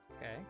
Okay